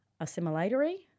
assimilatory